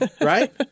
Right